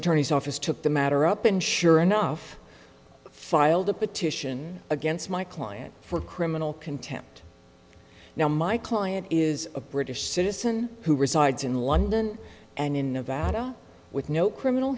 attorney's office took the matter up and sure enough filed a petition against my client for criminal contempt now my client is a british citizen who resides in london and in nevada with no criminal